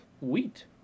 wheat